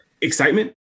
excitement